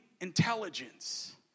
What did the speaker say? Intelligence